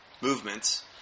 movements